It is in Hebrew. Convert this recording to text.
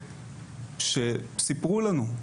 שסיפרו לנו,